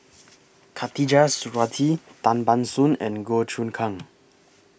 Khatijah Surattee Tan Ban Soon and Goh Choon Kang